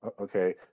okay